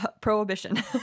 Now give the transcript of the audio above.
prohibition